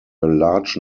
large